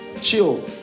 Chill